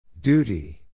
duty